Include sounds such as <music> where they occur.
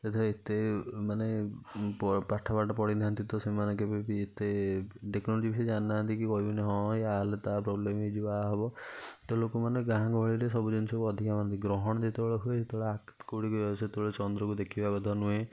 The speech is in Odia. ଯେତେବେଳେ ଏତେ ମାନେ ପାଠ ଫାଠ ପଢ଼ିନାହାଁନ୍ତି ତ ସେମାନେ କେବେବି ଏତେ ଟେକ୍ନୋଲୋଜି ବିଷୟରେ ଜାଣିନାହାଁନ୍ତି କି କହିବେନି ହଁ ଏଇଆ ହେଲେ ତାହା ପ୍ରୋବ୍ଲେମ୍ ହେଇଯିବ ଏହା ହବ ତ ଲୋକମାନେ ଗାଁ ଗହଳିରେ ସବୁ ଜିନିଷକୁ ଅଧିକା ମାନନ୍ତି ଗ୍ରହଣ ଯେତେବେଳେ ହୁଏ ସେତେବେଳେ <unintelligible> ଚନ୍ଦ୍ରକୁ ଦେଖିବା କଥା ନୁହେଁ